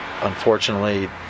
Unfortunately